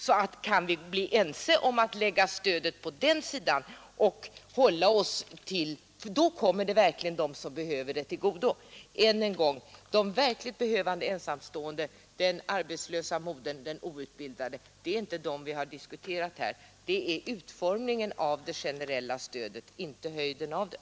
Om vi alltså kan bli ense om att lägga stödet på den sidan kommer det verkligen dem som behöver det till godo. Än en gång: det är inte de verkligt behövande den arbetslösa modern eller den outbildade — som vi diskuterar här: det är utformningen av det generella stödet, inte höjden av det.